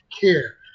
care